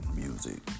music